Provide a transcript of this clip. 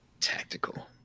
Tactical